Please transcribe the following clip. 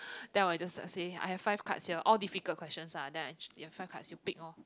then I will just like say I have five cards here all difficult questions ah then I ch~ you have five cards you pick orh